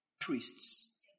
priests